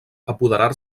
apoderar